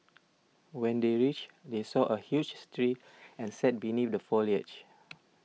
when they reached they saw a huge street and sat beneath the foliage